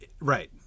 Right